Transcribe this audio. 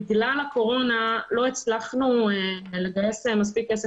בגלל הקורונה לא הצלחנו לגייס מספיק כסף.